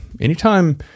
Anytime